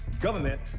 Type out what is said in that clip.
government